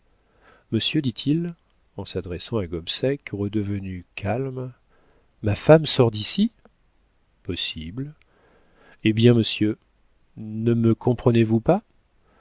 monsieur dit-il en s'adressant à gobseck redevenu calme ma femme sort d'ici possible eh bien monsieur ne me comprenez-vous pas